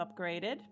upgraded